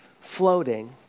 floating